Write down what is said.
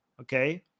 okay